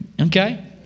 Okay